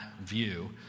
view